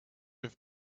have